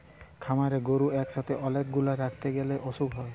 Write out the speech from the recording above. খামারে গরু একসাথে অনেক গুলা রাখতে গ্যালে অসুখ হয়